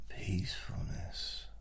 peacefulness